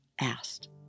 asked